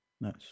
Nice